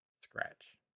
Scratch